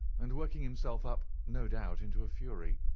and working himself up, no doubt, into a fury.